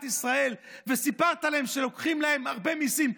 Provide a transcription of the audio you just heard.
ישראל וסיפרת להם שלוקחים להם הרבה מיסים,